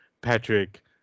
Patrick